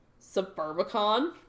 Suburbicon